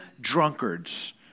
drunkards